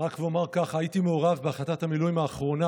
ואומר שאני הייתי מעורב בהחלטת המילואים האחרונה,